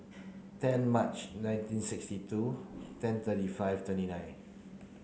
ten March nineteen sixty two ten thirty five twenty nine